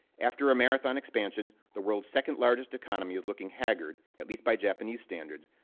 after a marathon expansion, the world's second largest economy is looking haggard, at least by japanese standards.